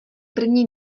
první